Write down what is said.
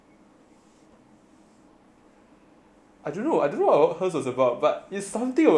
I don't know I don't know hers is about but it's something about singlish eh like I said